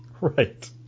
Right